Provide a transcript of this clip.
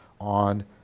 on